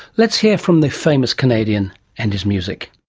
let's hear from the famous canadian and his music.